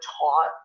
taught